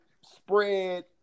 spread